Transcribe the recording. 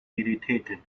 irritated